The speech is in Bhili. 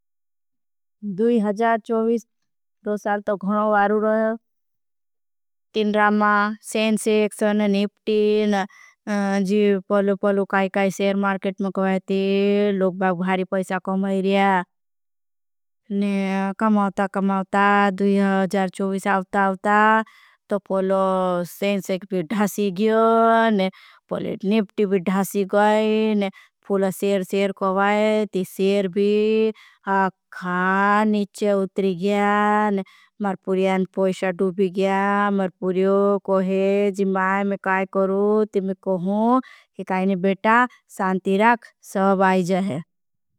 दूई हजार चोविश, दो साल तो खुणवारू रहे, तिन्डरामा, सेंशेक, निफ्टी, पलो-पलो काई-काई सेर मार्केट में कोई थे, लोग बाव भारी पैसा कम है रिया। दूई हजार चोविश, दो साल तो खुणवारू रहे, तिन्डरामा, सेंशेक, निफ्टी, पलो-पलो काई-काई सेर मार्केट में कोई थे, लोग बाव भारी पैसा कम है रिया।